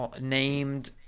Named